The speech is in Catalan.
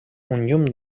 llum